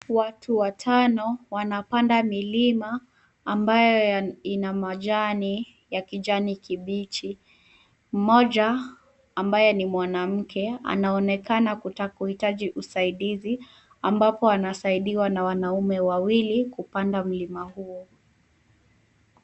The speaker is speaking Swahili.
Watu watano wanapanda milima ambayo ina majani ya kijani kibichi. Mmoja, ambaye ni mwanamke, anaonekana kutaka kuhitaji usaidizi ambapo anasaidiwa na wanaume wawili kupanda mlima huo.